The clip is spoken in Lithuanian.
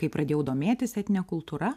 kai pradėjau domėtis etnine kultūra